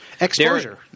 Exposure